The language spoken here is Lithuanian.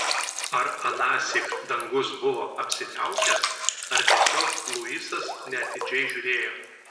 ar anąsyk dangus buvo apsiniaukęs ar tiesiog luisas neatidžiai žiūrėjo